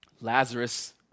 Lazarus